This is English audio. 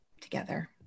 together